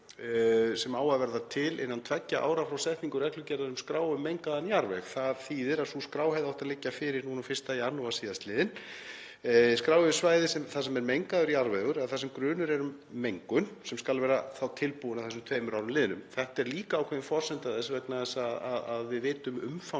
sem á að verða til innan tveggja ára frá setningu reglugerðar um skrá um mengaðan jarðveg. Það þýðir að sú skrá hefði átt að liggja fyrir núna 1. janúar sl., skrá yfir svæði þar sem er mengaður jarðvegur eða þar sem grunur er um mengun, sem skal vera tilbúin að þessum tveimur árum liðnum. Þetta er líka ákveðin forsenda þess, vegna þess að við vitum um umfang